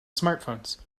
smartphones